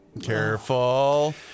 Careful